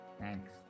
thanks